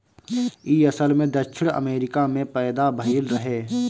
इ असल में दक्षिण अमेरिका में पैदा भइल रहे